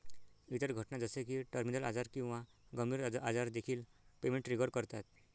इतर घटना जसे की टर्मिनल आजार किंवा गंभीर आजार देखील पेमेंट ट्रिगर करतात